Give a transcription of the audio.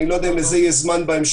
אני לא יודע אם לזה יש זמן בהמשך,